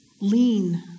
Lean